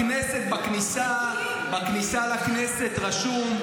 בכניסה לכנסת רשום: